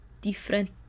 different